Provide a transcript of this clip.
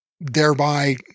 thereby